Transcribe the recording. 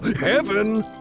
Heaven